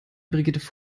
brigitte